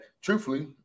truthfully